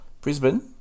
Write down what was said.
Brisbane